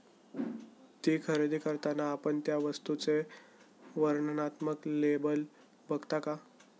ती खरेदी करताना आपण त्या वस्तूचे वर्णनात्मक लेबल बघता का?